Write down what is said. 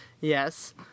Yes